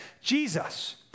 Jesus